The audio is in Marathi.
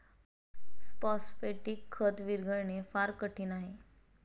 फॉस्फेटिक खत विरघळणे फार कठीण आहे